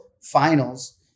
finals